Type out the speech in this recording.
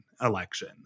election